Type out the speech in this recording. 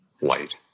light